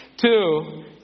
Two